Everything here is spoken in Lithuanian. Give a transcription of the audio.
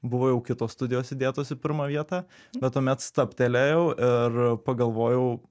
buvo jau kitos studijos įdėtos į pirmą vietą bet tuomet stabtelėjau ir pagalvojau